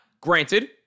granted